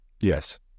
Yes